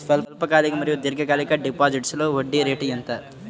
స్వల్పకాలిక మరియు దీర్ఘకాలిక డిపోజిట్స్లో వడ్డీ రేటు ఎంత?